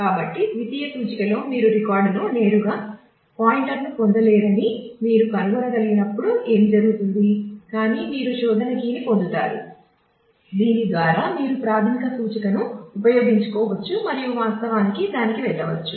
కాబట్టి ద్వితీయ సూచికలో మీరు రికార్డుకు నేరుగా పాయింటర్ను పొందలేరని మీరు కనుగొనగలిగినప్పుడు ఏమి జరుగుతుంది కానీ మీరు శోధన కీని పొందుతారు దీని ద్వారా మీరు ప్రాధమిక సూచికను ఉపయోగించుకోవచ్చు మరియు వాస్తవానికి దానికి వెళ్ళవచ్చు